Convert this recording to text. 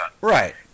Right